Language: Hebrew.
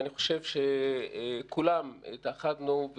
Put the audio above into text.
ואני חושב שכולנו התאחדנו,